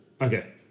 Okay